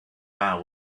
vow